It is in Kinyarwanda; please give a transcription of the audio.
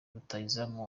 rutahizamu